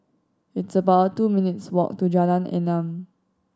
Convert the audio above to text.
it's about two minutes' walk to Jalan Enam